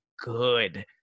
good